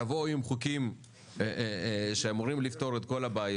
יבואו עם הצעות חוק שאמורות לפתור את כל הבעיות,